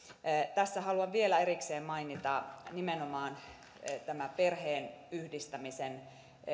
tässä haluan vielä erikseen mainita nimenomaan tämän perheenyhdistämisen